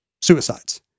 suicides